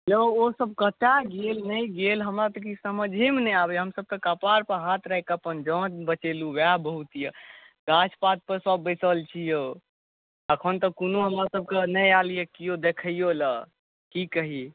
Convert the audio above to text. यौ ओसभ कतय गेल नहि गेल हमरा तऽ किछ समझिएमे नहि आबैए हमसभ तऽ कपारपर हाथ राखि कऽ अपन जान बचेलहुँ उएह बहुत यए गाछ पातपर सभ बैसल छी यौ एखन तक तऽ कोनो हमरसभके नहि आयल यए किओ देखैयो लेल की कही